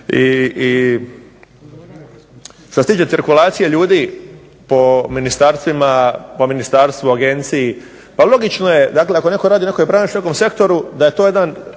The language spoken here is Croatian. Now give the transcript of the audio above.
Što se tiče cirkulacije ljudi po ministarstvu, agenciji, pa logično je dakle ako netko radi u nekoj branši, u nekom sektoru da je to jedan,